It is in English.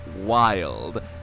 wild